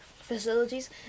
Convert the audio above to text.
facilities